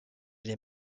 les